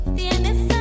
tienes